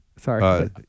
sorry